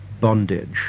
bondage